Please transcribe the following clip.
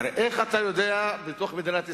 איך אתה יודע, בתוך מדינת ישראל,